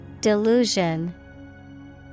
Delusion